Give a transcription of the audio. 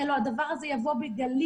כי הלא הדבר הזה יבוא בגלים,